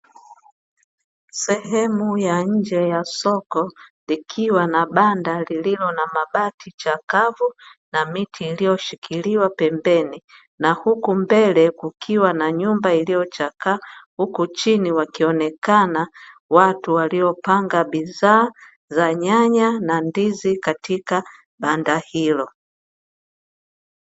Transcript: Sehemu ya nje ya soko, likiwa banda lililo na mabati chakavu na miti iliyoshikilia pembeni, huku mbele kukiwa na nyumba iliyochakaa, chini wakionekana watu wakiwa wamepanga bidhaa za ndizi na nyanya katika soko hilo.